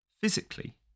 Physically